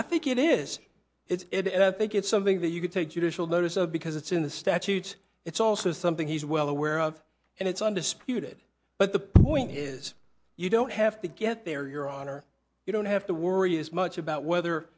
i think it is it i think it's something that you can take judicial notice of because it's in the statutes it's also something he's well aware of and it's undisputed but the point is you don't have to get there your honor you don't have to worry as much about whether